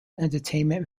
entertainment